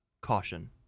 caution